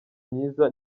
myiza